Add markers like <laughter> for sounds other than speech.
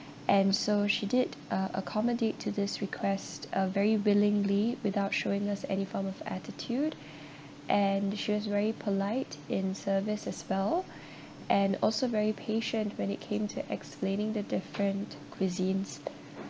and so she did uh accommodate to this request uh very willingly without showing us any form of attitude <breath> and she was very polite in service as well <breath> and also very patient when it came to explaining the different cuisines